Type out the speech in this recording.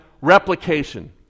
replication